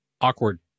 awkward